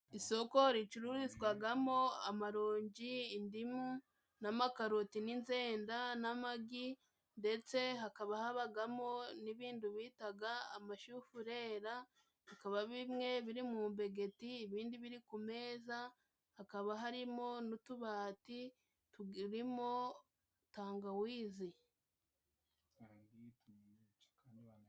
Isoko ricururizwagamo amaronji, indimu n'a makaroti, n'inzenda n'amagi. Ndetse hakaba habagamo n'ibindu bitaga amashufurera, bikaba bimwe biri mu mbegeti, ibindi biri ku meza. Hakaba harimo n'utubati tugi rimo tangawizi.